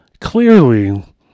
Clearly